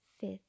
fifth